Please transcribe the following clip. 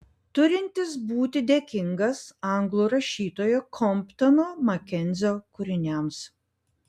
turintis būti dėkingas anglų rašytojo komptono makenzio kūriniams